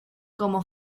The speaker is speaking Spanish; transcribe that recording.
como